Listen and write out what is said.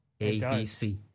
ABC